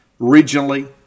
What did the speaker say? regionally